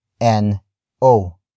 N-O